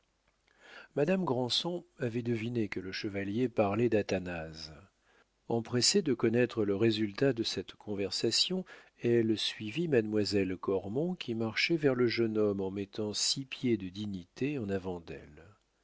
madame granson avait deviné que le chevalier parlait d'athanase empressée de connaître le résultat de cette conversation elle suivit mademoiselle cormon qui marchait vers le jeune homme en mettant six pieds de dignité en avant d'elle